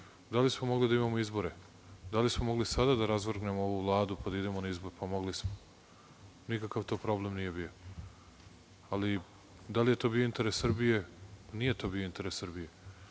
Da li smo mogli da imamo izbore. Da li smo mogli sada da razvrgnemo ovu Vladu pa da idemo na izbore? Pa, mogli smo, nije to bio nikakav problem. Ali, da li je to bio interes Srbije. Nije to bio interes Srbije.